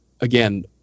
again